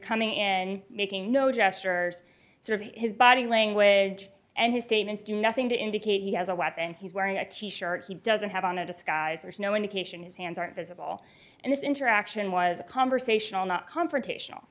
coming in making no gestures sort of his body language and his statements do nothing to indicate he has a weapon and he's wearing a t shirt he doesn't have on a disguise there's no indication his hands are visible and this interaction was a conversational not confrontational